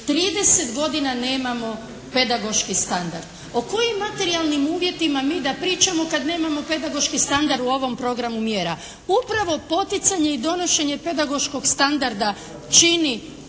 30 godina nemamo pedagoški standard. O kojim materijalnim uvjetima mi da pričamo kad nemamo pedagoški standard u ovom programu mjera? Upravo poticanje i donošenje pedagoškog standarda čini